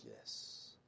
yes